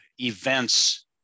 events